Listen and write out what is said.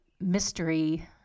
Mystery